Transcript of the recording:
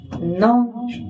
no